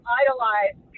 idolize